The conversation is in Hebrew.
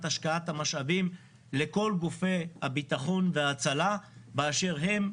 השקעת המשאבים לכל גופי הביטחון וההצלה באשר הם.